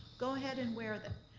go ahead and wear them,